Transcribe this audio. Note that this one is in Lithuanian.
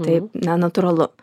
taip na natūralu